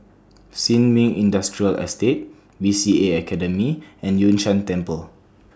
Sin Ming Industrial Estate B C A Academy and Yun Shan Temple